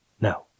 No